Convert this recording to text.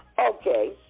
Okay